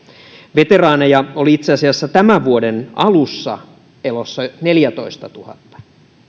veteraaneja oli itse asiassa tämän vuoden alussa elossa neljätoistatuhatta